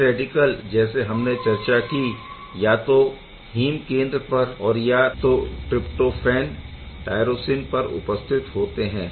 यह रैडिकल जैसे हमने चर्चा की या तो हीम केंद्र पर और या तो ट्रिप्टोफैन टायरोसिन पर उपस्थित होते है